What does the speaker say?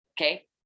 okay